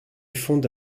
fonde